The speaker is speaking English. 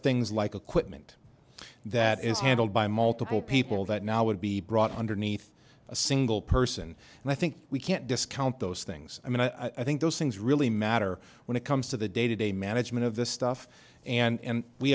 things like a quick mint that is handled by multiple people that now would be brought underneath a single person and i think we can't discount those things i mean i think those things really matter when it comes to the day to day management of this stuff and